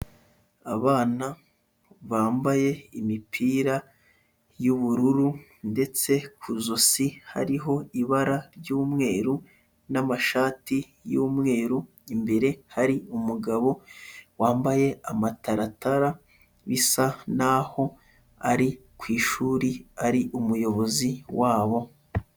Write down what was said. Abana bambaye imipira y'ubururu ndetse ku josi hariho ibara ry'umweru n'amashati y'umweru, imbere hari umugabo wambaye amataratara, bisa naho ari ku ishuri ari umuyobozi wabo.